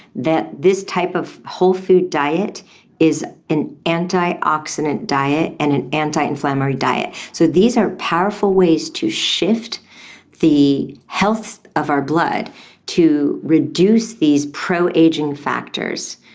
that this type of wholefood diet is an antioxidant diet and an anti-inflammatory diet. so these are powerful ways to shift the health of our blood to reduce these pro-ageing factors,